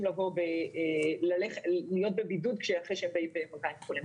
להיות בבידוד אחרי שהם באים במגע עם חולה מאומת.